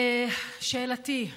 שאלתי: